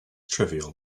trivial